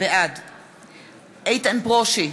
בעד איתן ברושי,